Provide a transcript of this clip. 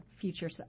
future